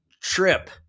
trip